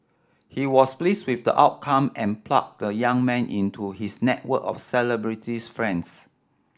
he was pleased with the outcome and plugged the young man into his network of celebrities friends